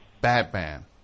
Batman